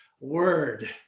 word